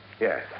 Yes